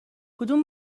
کدوم